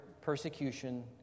persecution